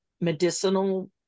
medicinal